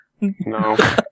No